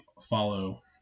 follow